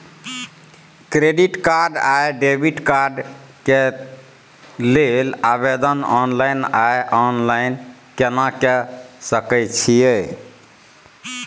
Credit card आ debit card के लेल आवेदन ऑनलाइन आ ऑफलाइन केना के सकय छियै?